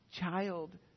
child